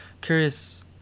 curious